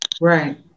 Right